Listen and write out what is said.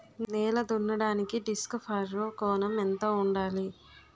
నేల దున్నడానికి disc furrow కోణం ఎంత ఉండాలి?